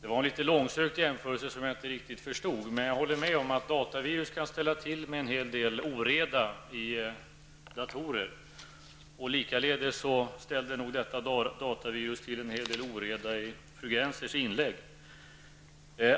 Det var en litet långsökt jämförelse som jag inte riktigt förstod. Men jag håller med om att datavirus kan ställa till med en hel del oreda i datorer, och likaledes ställde nog detta datavirus till en hel del oreda i fru Gennsers inlägg.